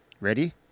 Ready